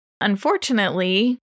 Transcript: Unfortunately